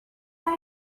are